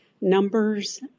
numbers